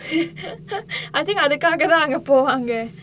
I think அதுக்காக தான் அங்க போவாங்க:athukkaaga thaan anga povaanga